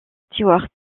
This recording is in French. stewart